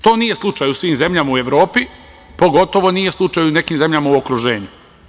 To nije slučaj u svim zemljama u Evropi, pogotovo nije slučaj u nekim zemljama u okruženju.